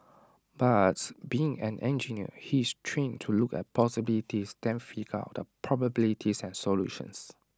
but being an engineer he is trained to look at possibilities then figure out the probabilities and solutions